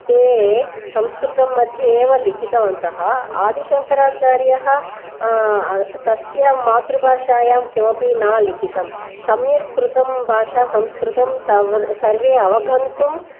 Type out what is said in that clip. ते संस्कृतं मध्ये एव लिखितवन्तः आदिशङ्कराचार्यः तस्य मातृभाषायां किमपि न लिखितम् सम्यक् कृतं भाषा संस्कृतं सव्र् सर्वे अवगन्तुम्